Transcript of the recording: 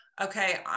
okay